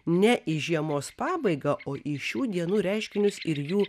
ne į žiemos pabaigą o į šių dienų reiškinius ir jų